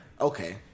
Okay